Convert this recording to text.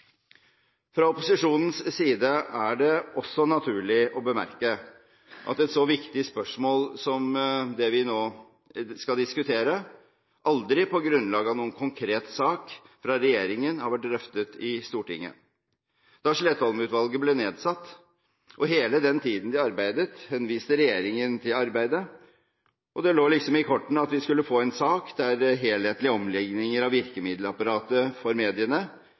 Fra opposisjonens side er det også naturlig å bemerke at et så viktig spørsmål som det vi nå skal diskutere, aldri på grunnlag av noen konkret sak fra regjeringen har vært drøftet i Stortinget. Da Slettholm-utvalget ble nedsatt – og i hele den tiden det arbeidet – henviste regjeringen til arbeidet, og det lå liksom i kortene at vi skulle få en sak der helhetlige omlegginger av virkemiddelapparatet for mediene